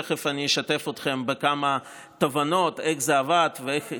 תכף אני אשתף אתכם בכמה תובנות על איך זה עבד ואיך,